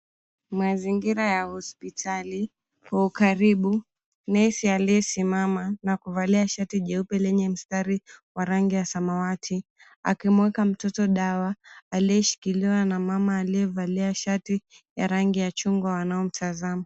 Mazingira ya hospitali, kwa ukaribu, nesi aliyesimama na kuvalia shati jeupe lenye mstari wa rangi ya samawati, akimweka mtoto dawa aliyeshikiliwa na mama aliyevalia shati ya rangi ya chungwa wanamtazama.